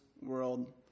world